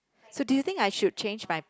so do you think I should change my